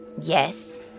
Yes